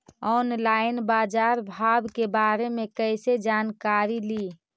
Online बाजार भाव के बारे मे कैसे जानकारी ली?